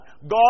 God